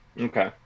Okay